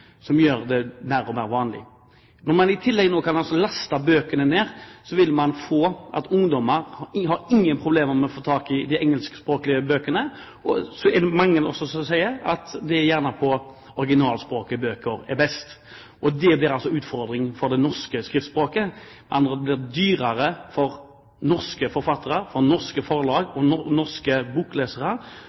det er mer og mer vanlig. Når man i tillegg kan laste bøkene ned, vil man få en situasjon der ungdommer ikke har problemer med å få tak i engelskspråklige bøker. Så er det også mange som sier at det gjerne er på originalspråket at bøker er best. Det blir utfordringen for det norske skriftspråket. Det blir dyrere for norske forfattere, for norske forlag, for norske boklesere